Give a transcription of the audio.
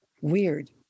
Weird